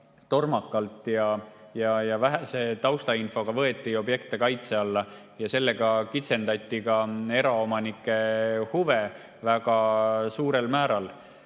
tormakalt ja vähese taustainfoga võeti objekte kaitse alla ja sellega kitsendati ka eraomanike huve väga suurel määral.